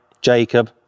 Jacob